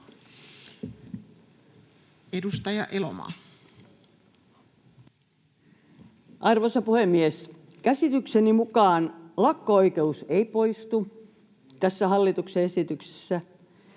Content: Arvoisa puhemies! Käsitykseni mukaan lakko-oikeus ei poistu tässä hallituksen esityksessä